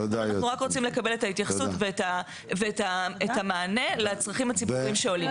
אנחנו רק רוצים לקבל את ההתייחסות ואת המענה לצרכים הציבוריים שעולים.